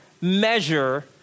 measure